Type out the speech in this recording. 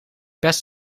best